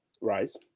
rise